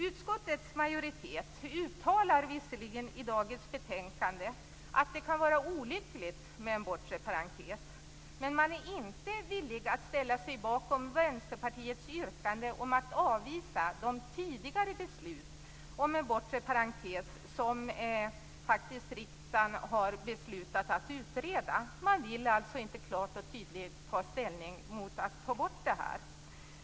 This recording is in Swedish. Utskottets majoritet uttalar visserligen i dagens betänkande att det kan vara olyckligt med en bortre parentes, men man är inte villig att ställa sig bakom Vänsterpartiets yrkande om att avvisa de tidigare beslut om en bortre parentes som riksdagen faktiskt har beslutat att utreda. Man vill alltså inte klart och tydligt ta ställning för att ta bort detta.